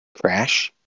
Crash